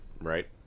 right